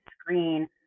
screen